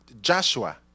Joshua